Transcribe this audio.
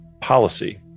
policy